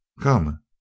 Come